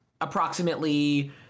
approximately